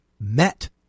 met